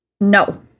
No